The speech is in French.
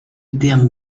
terme